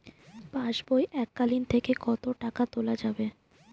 পাশবই এককালীন থেকে কত টাকা তোলা যাবে?